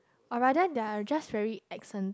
or rather does just really accent